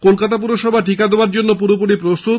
কলকাতা পুরসভা টিকা দেওয়ার জন্য পুরোপুরি প্রস্তুত